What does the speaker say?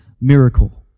miracle